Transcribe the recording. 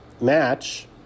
match